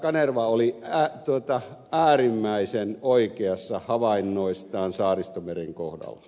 kanerva oli äärimmäisen oikeassa havainnoissaan saaristomeren kohdalla